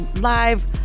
live